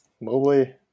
Mobley